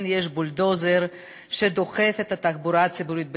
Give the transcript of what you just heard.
יש בולדוזר שדוחף את התחבורה הציבורית בישראל.